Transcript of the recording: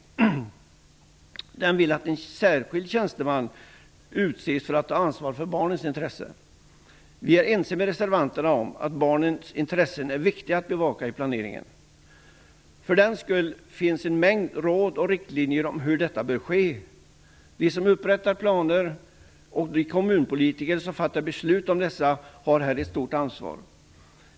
I reservationen anförs att en särskild tjänsteman skall utses för att ha ansvar för barnens intressen. Vi är ense med reservanterna om att barnens intressen är viktiga att bevaka i planeringen. För den skull finns en mängd råd och riktlinjer om hur detta bör ske. De som upprättar planer och de kommunpolitiker som fattar beslut om dessa har här ett stort ansvar.